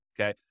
okay